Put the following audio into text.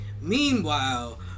meanwhile